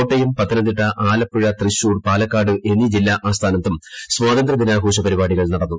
കോട്ടയം പത്തനംതിട്ട ആലപ്പുഴ തൃശ്ശൂർ പാലക്കാട് എന്നീ ജില്ലാ ആസ്ഥാനത്തും സ്വാതന്ത്രൃ ദിനാഘോഷ പരിപാടികൾ നടന്നു